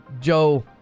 Joe